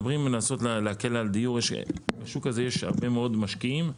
בשוק הזה יש הרבה מאוד משקיעים.